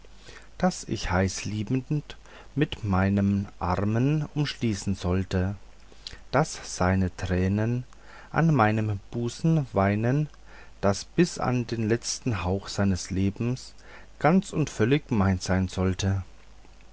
das ich heißliebend mit meinen armen umschließen sollte das seine tränen an meinem busen weinen das bis an den letzten hauch seines lebens ganz und völlig mein sein sollte